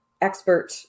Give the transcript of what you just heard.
expert